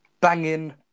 banging